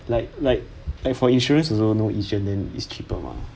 like like like for insurance also no agent then is cheaper mah